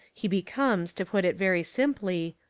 he becomes, to put it very simply,